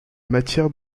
matières